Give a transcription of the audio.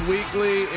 Weekly